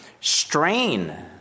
strain